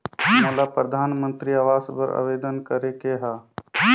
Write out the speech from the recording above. मोला परधानमंतरी आवास बर आवेदन करे के हा?